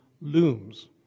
looms